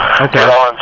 Okay